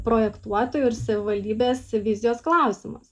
projektuotojų ir savivaldybės vizijos klausimas